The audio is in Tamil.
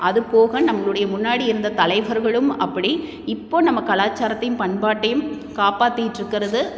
அதுபோக நம்மளுடைய முன்னாடி இருந்த தலைவர்களும் அப்படி இப்போது நம்ம கலாச்சாரத்தையும் பண்பாட்டையும் காப்பாற்றிக்கிட்ருக்கறது